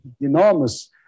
enormous